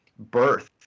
birth